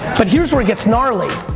but here's where it gets gnarly.